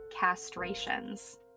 castrations